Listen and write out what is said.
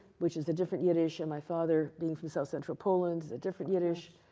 which is a different yiddish, and my father, being from south central poland, is a different yiddish.